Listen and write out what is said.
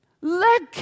look